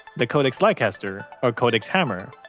the codex like leicester or codex hammer.